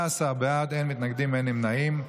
15 בעד, אין מתנגדים, אין נמנעים.